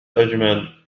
أجمل